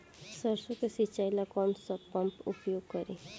सरसो के सिंचाई ला कौन सा पंप उपयोग करी?